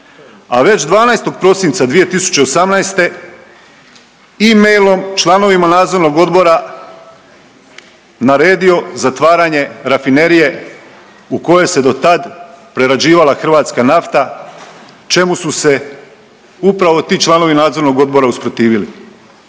a već 12. prosinca 2018. e-mailom članovima nadzornog odbora naredio zatvaranje rafinerije u kojoj se do tad prerađivala hrvatska nafta, čemu su se upravo ti članovi nadzornog odbora usprotivili.